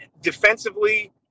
defensively